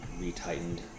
re-tightened